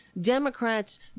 Democrats